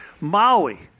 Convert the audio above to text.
Maui